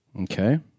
Okay